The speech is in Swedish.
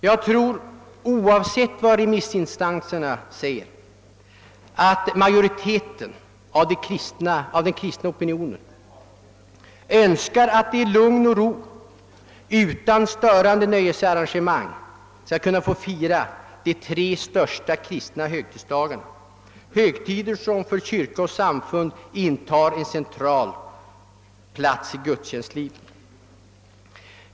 Jag tror att oavsett vad remissinstanserna säger majoriteten av den kristna opinionen önskar att i lugn och ro utan störande nöjesevenemang få fira de tre största kristna högtidsdagarna, som för kyrka och samfund intar en central plats i gudstjänstlivet.